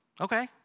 okay